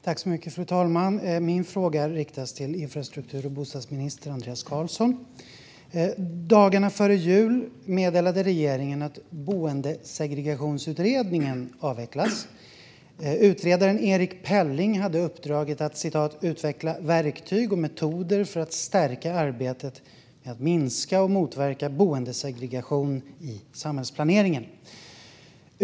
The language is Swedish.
Fru talman! Min fråga riktas till infrastruktur och bostadsminister Andreas Carlson. Dagarna före jul meddelade regeringen att Boendesegregationsutredningen avvecklas. Utredaren Erik Pelling hade uppdraget att utveckla verktyg och metoder för att stärka arbetet med att minska och motverka boendesegration i samhällsplaneringen.